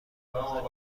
حاضر